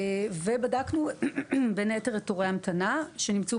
ובדקנו בין היתר את תורי ההמתנה שנמצאו